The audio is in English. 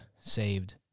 saved